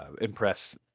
impress